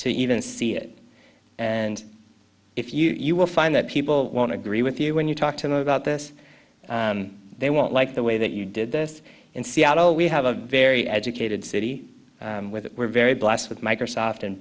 to even see it and if you will find that people want to grieve with you when you talk to him about this they won't like the way that you did this in seattle we have a very educated city with we're very blessed with microsoft and